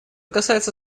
касается